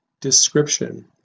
description